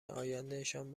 آیندهشان